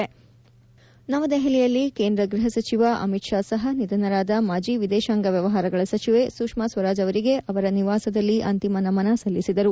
ಸುಂಂಂ ನವದೆಹಲಿಯಲ್ಲಿ ಕೇಂದ್ರ ಗೃಹಸಚಿವ ಅಮಿತ್ ಷಾ ಸಹ ನಿಧನರಾದ ಮಾಜಿ ವಿದೇಶಾಂಗ ವ್ಯವಹಾರಗಳ ಸಚಿವೆ ಸುಷ್ನಾ ಸ್ವರಾಜ್ ಅವರಿಗೆ ಅವರ ನಿವಾಸದಲ್ಲಿ ಅಂತಿಮ ನಮನ ಸಲ್ಲಿಸಿದರು